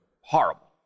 horrible